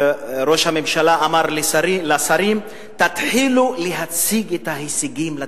ראש הממשלה אמר לשרים: תתחילו להציג את ההישגים לציבור.